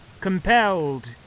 Compelled